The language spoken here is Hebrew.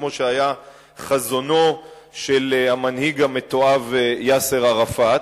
כמו שהיה חזונו של המנהיג המתועב יאסר ערפאת,